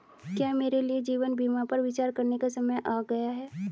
क्या मेरे लिए जीवन बीमा पर विचार करने का समय आ गया है?